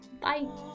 bye